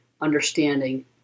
understanding